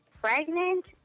pregnant